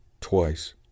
twice